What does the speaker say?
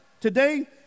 Today